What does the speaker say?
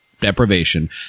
deprivation